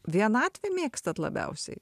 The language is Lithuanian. vienatvę mėgstat labiausiai